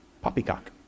poppycock